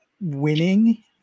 winning